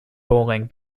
bowling